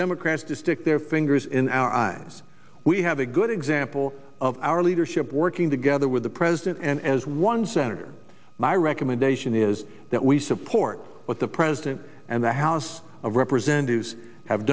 democrats to stick their fingers in our eyes we have a good example of our leadership working together with the president and as one senator my recommendation is that we support what the president and the house of representatives have